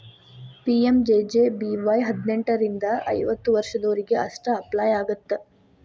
PMJJBY ಹದಿನೆಂಟರಿಂದ ಐವತ್ತ ವರ್ಷದೊರಿಗೆ ಅಷ್ಟ ಅಪ್ಲೈ ಆಗತ್ತ